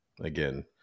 again